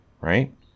right